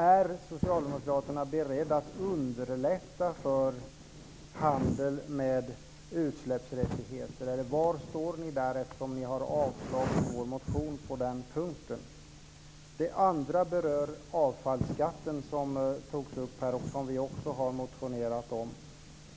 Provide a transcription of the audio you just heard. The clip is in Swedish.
Är Socialdemokraterna beredda att underlätta för handel med utsläppsrättigheter, eller var står ni där eftersom ni har avslagit vår motion på den punkten. Den andra berör avfallsskatten, som togs upp här och som vi också har motionerat om.